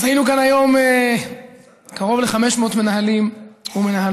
אז היינו כאן היום קרוב ל-500 מנהלים ומנהלות